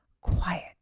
quiet